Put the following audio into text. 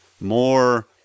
more